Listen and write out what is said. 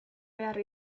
behar